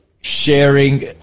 sharing